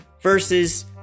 versus